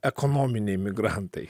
ekonominiai migrantai